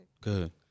Good